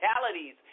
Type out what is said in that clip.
fatalities